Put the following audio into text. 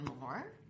more